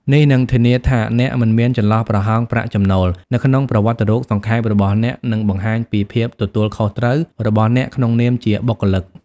នេះនឹង ធានាថាអ្នកមិនមានចន្លោះប្រហោងប្រាក់ចំណូល នៅក្នុងប្រវត្តិរូបសង្ខេបរបស់អ្នក និងបង្ហាញពី ភាពទទួលខុសត្រូវ របស់អ្នកក្នុងនាមជាបុគ្គលិក។